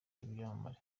baryamanye